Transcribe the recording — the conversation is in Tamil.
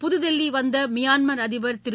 புதுதில்லி வந்த மியான்மர் அதிபர் திரு